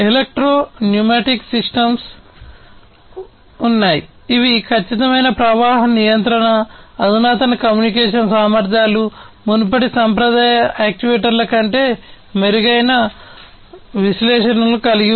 electro pneumatic systems అధునాతన communication సామర్థ్యాలు మునుపటి సాంప్రదాయ యాక్యుయేటర్ల కంటే మెరుగైన విశ్లేషణలను కలిగి ఉన్నాయి